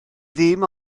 ddim